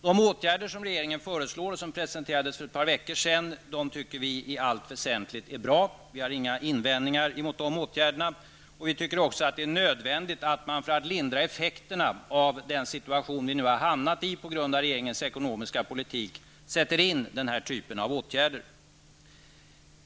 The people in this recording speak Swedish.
De åtgärder som regeringen föreslår, och som presenterades för ett par veckor sedan, tycker vi är bra i allt väsentligt. Vi har inga invändningar mot de åtgärderna. Vi tycker att det också är nödvändigt att man, för att lindra effekterna av den situation vi nu hamnat i på grund av regeringens ekonomiska politik, sätter in den här typen av åtgärder.